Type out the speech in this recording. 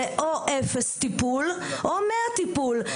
זה או אפס טיפול או 100 טיפול,